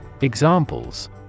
Examples